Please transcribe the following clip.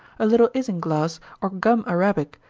a little isinglass or gum arabic,